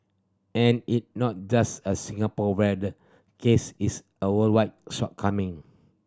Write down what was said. and it not just a Singapore where the case it's a worldwide shortcoming